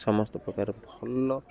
ସମସ୍ତ ପ୍ରକାର ଭଲ